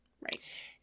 Right